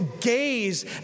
gaze